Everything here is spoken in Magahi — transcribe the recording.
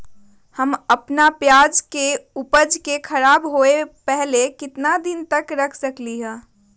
हम अपना प्याज के ऊपज के खराब होबे पहले कितना दिन तक रख सकीं ले?